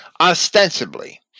Ostensibly